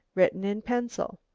written in pencil,